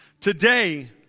today